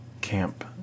camp